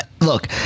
Look